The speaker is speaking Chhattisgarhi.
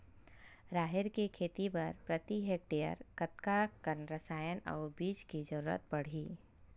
राहेर के खेती बर प्रति हेक्टेयर कतका कन रसायन अउ बीज के जरूरत पड़ही?